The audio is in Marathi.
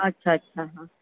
अच्छा अच्छा हां